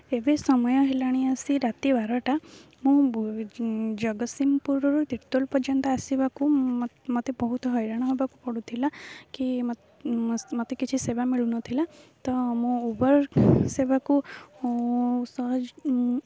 ଏବେ ସମୟ ହେଲାଣି ଆସି ରାତି ବାରଟା ମୁଁ ଜଗତସିଂହପୁରରୁ ତୀର୍ତୋଳ ପର୍ଯ୍ୟନ୍ତ ଆସିବାକୁ ମତେ ବହୁତ ହଇରାଣ ହେବାକୁ ପଡ଼ୁଥିଲା କି ମୋତେ କିଛି ସେବା ମିଳୁନଥିଲା ତ ମୁଁ ଉବର୍ ସେବାକୁ ସହଜ